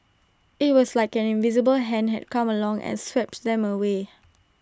IT was like an invisible hand had come along and swept them away